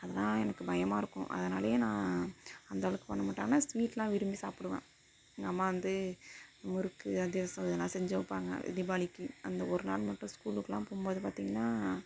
அதெல்லாம் எனக்கு பயமாக இருக்கும் அதனாலயே நான் அந்தளவுக்கு பண்ணமாட்டேன் ஆனால் ஸ்வீட்லாம் விரும்பி சாப்பிடுவேன் எங்கள் அம்மா வந்து முறுக்கு அதிரசம் இதெல்லாம் செஞ்சு வைப்பாங்க தீபாவளிக்கு அந்த ஒரு நாள் மட்டும் ஸ்கூலுக்குலாம் போகும் போது பார்த்திங்கன்னா